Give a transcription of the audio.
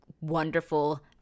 wonderful